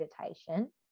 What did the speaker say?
meditation